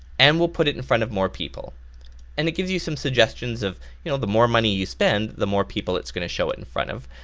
and we'll put it in front of more people and it gives you some suggestions of, you know the more money you spend, the more people it's gonna show it in front of.